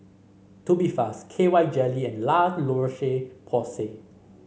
Tubifast K Y Jelly and La Roche Porsay